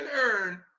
earn